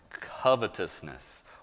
covetousness